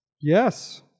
yes